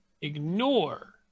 ignore